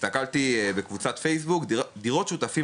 ישבתי והסתכלתי בתוך קבוצת פייסבוק שנקראת "דירות שותפים